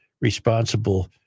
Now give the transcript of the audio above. responsible